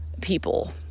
people